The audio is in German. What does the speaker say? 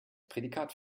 prädikat